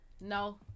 No